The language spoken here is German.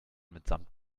mitsamt